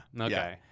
Okay